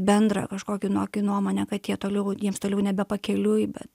bendrą kažkokį nuomonę kad jie toliau jiems toliau nebepakeliui bet